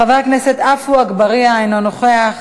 חבר הכנסת עפו אגבאריה, אינו נוכח.